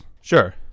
Sure